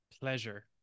pleasure